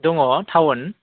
दङ थाउन